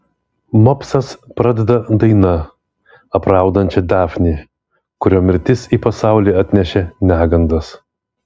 mopsas pradeda daina apraudančia dafnį kurio mirtis į pasaulį atnešė negandas